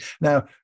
Now